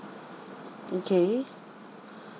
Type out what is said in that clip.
okay